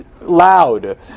loud